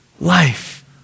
life